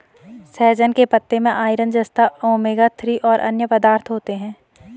सहजन के पत्ते में आयरन, जस्ता, ओमेगा थ्री और अन्य पदार्थ होते है